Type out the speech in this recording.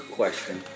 question